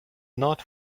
not